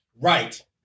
Right